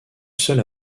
seule